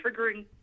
triggering